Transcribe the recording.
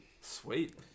sweet